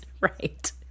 right